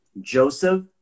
Joseph